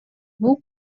бул